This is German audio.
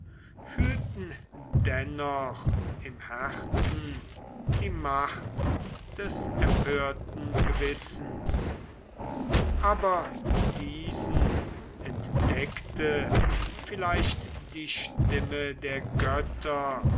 fühlen dennoch im herzen die macht des empörten gewissens aber diesen entdeckte vielleicht die stimme der götter